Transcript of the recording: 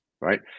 right